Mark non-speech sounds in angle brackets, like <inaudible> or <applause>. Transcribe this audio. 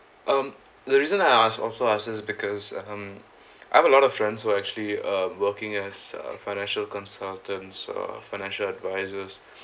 um the reason I asked also because um <breath> I have a lot of friends who actually um working as uh financial consultants or financial advisors